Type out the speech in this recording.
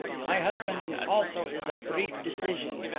my husband also is of brief decision.